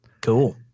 Cool